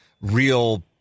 real